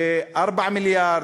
ו-4 מיליארד,